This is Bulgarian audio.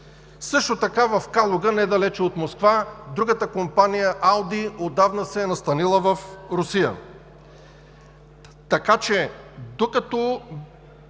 Също така в Калуга – недалеч от Москва, другата компания – „Ауди“, отдавна се е настанила в Русия.